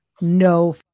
no